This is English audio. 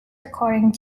according